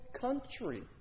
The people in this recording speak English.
country